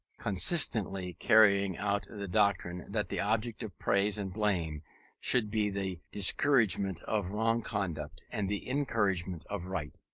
consistently carrying out the doctrine that the object of praise and blame should be the discouragement of wrong conduct and the encouragement of right,